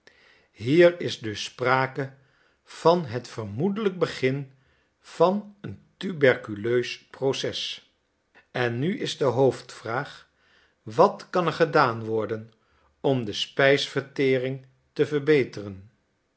hier is dus sprake van het vermoedelijk begin van een tuberculeus proces en nu is de hoofdvraag wat kan er gedaan worden om de spijsvertering te verbeteren